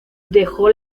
dejó